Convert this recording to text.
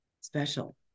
special